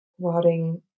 rotting